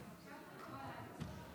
כנסת נכבדה,